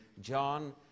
John